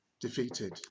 defeated